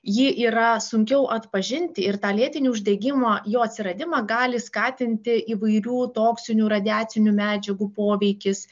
ji yra sunkiau atpažinti ir tą lėtinį uždegimą jo atsiradimą gali skatinti įvairių toksinių radiacinių medžiagų poveikis